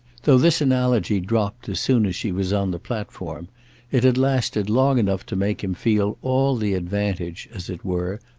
though this analogy dropped as soon as she was on the platform it had lasted long enough to make him feel all the advantage, as it were,